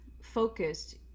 focused